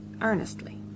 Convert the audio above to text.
earnestly